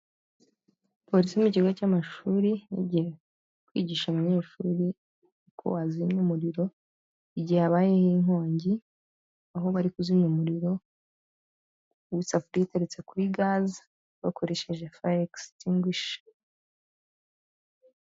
Polisi mu kigo cy'amashuri yagiye kwigisha umunyeshuri uko wazimya umuriro, igihe habayeho inkongi, aho bari kuzimya umuriro w'isafuriya iteretse kuri gaze bakoresheje faya egisitingwishi.